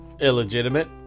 Illegitimate